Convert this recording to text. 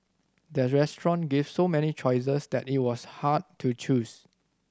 the restaurant gave so many choices that it was hard to choose